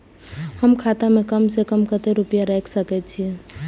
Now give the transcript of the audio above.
हम खाता में कम से कम कतेक रुपया रख सके छिए?